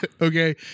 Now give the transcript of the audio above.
Okay